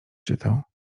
czytał